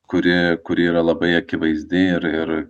kurie kuri yra labai akivaizdi ir ir